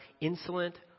insolent